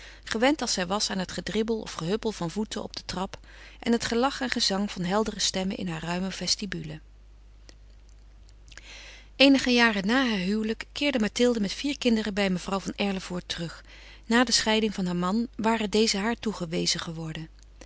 gewend als zij was aan het gedribbel of gehuppel van voeten op de trap en het gelach en gezang van heldere stemmen in haar ruime vestibule eenige jaren na haar huwelijk keerde mathilde met vier kinderen bij mevrouw van erlevoort terug na de scheiding van haar man waren deze haar toegewezen geworden